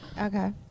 Okay